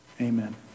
amen